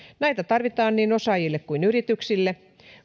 näitä tarvitaan niin osaajille kuin yrityksille